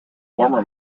warmer